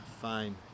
fine